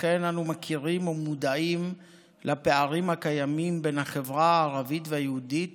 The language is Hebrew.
אכן אנו מכירים ומודעים לפערים הקיימים בין החברה הערבית ליהודית